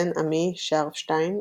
בן-עמי שרפשטיין,